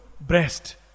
Breast